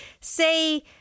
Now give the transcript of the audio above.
say